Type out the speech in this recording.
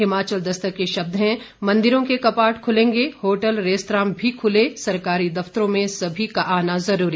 हिमाचल दस्तक के शब्द हैं मंदिरों के कपाट खुलेंगे होटल रेस्तरां भी खुले सरकारी दफ्तरों में सभी का आना जरूरी